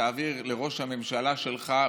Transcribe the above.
תעביר לראש הממשלה שלך,